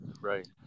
Right